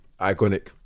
Iconic